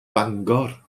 bangor